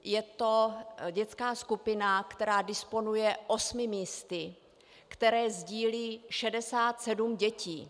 Je to dětská skupina, která disponuje 8 místy, které sdílí 67 dětí.